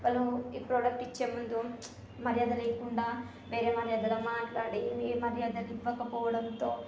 వాళ్ళు ఈ ప్రోడక్ట్ ఇచ్చేముందు మర్యాద లేకుండా వేరే వాళ్ళు ఏదోలా మాట్లాడే ఏ మర్యాదలు ఇవ్వకపోవడంతో